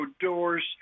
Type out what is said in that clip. doors